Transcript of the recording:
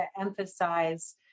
emphasize